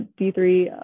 D3